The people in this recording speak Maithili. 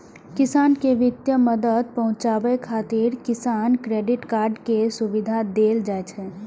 किसान कें वित्तीय मदद पहुंचाबै खातिर किसान क्रेडिट कार्ड के सुविधा देल जाइ छै